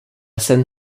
scène